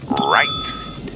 Right